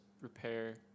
repair –